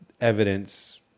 evidence